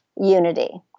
unity